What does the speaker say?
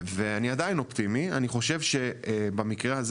אני עדיין אופטימי וחושב שבמקרה הזה